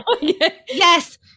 Yes